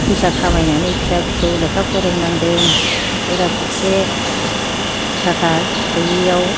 फैसा खामायनानै फिसा फिसौ लेखा फोरोंनांदों बेरा फारसे थाखा गैयियाव